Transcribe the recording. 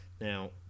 Now